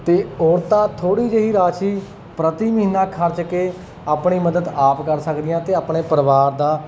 ਅਤੇ ਔਰਤਾਂ ਥੋੜ੍ਹੀ ਜਿਹੀ ਰਾਸ਼ੀ ਪ੍ਰਤੀ ਮਹੀਨਾ ਖਰਚ ਕੇ ਆਪਣੀ ਮਦਦ ਆਪ ਕਰ ਸਕਦੀਆਂ ਅਤੇ ਆਪਣੇ ਪਰਿਵਾਰ ਦਾ